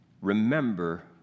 remember